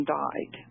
died